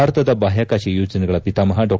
ಭಾರತದ ಬಾಹ್ಯಾಕಾಶ ಯೋಜನೆಗಳ ಪಿತಾಮಹಾ ಡಾ